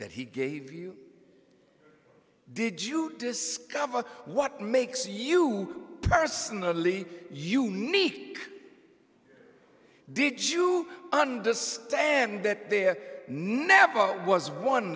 that he gave you did you discover what makes you personally you meet did you understand that there never was one